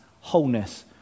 wholeness